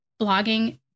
blogging